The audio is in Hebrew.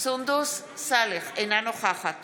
אינה נוכחת